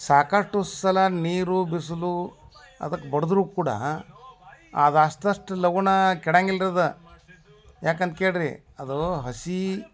ಸಾಕಷ್ಟು ಸಲ ನೀರು ಬಿಸಿಲು ಅದಕ್ಕೆ ಬಡಿದ್ರೂ ಕೂಡ ಅದು ಅಷ್ಟಷ್ಟು ಲಗು ಕೆಡಂಗಿಲ್ರೀ ಅದು ಯಾಕಂತ ಕೇಳಿರಿ ಅದು ಹಸಿ